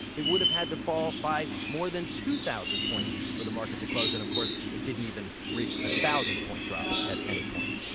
it would have had to fall by more than two thousand points for the market to close. and of course it didn't even reach a thousand-point drop at any point.